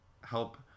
help